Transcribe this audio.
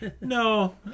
No